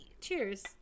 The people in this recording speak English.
Cheers